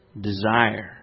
desire